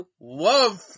love